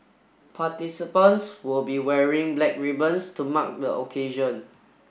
participants will be wearing black ribbons to mark the occasion